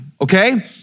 Okay